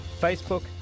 Facebook